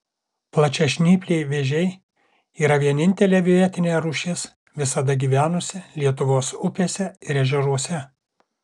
plačiažnypliai vėžiai yra vienintelė vietinė rūšis visada gyvenusi lietuvos upėse ir ežeruose